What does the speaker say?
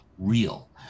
real